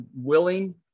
willing